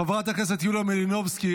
חברת הכנסת יוליה מלינובסקי,